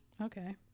Okay